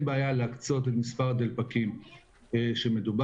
בעיה להקצות את מספר הדלפקים הנדרש.